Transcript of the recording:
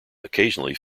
occasionally